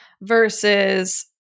versus